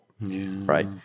right